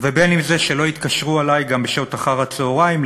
ואם שלא יתקשרו אלי גם בשעות אחר-הצהריים,